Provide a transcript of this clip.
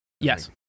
yes